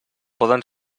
poden